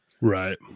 right